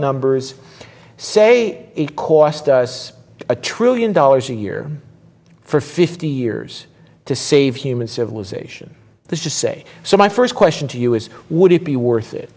numbers say it cost us a trillion dollars a year for fifty years to save human civilization let's just say so my first question to you is would it be worth it